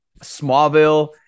Smallville